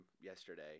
yesterday